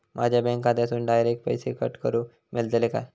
माझ्या बँक खात्यासून डायरेक्ट पैसे कट करूक मेलतले काय?